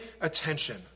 attention